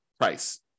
price